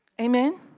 Amen